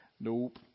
Nope